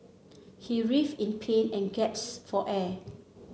he writhed in pain and for air